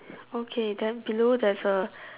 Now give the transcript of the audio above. okay then below there's a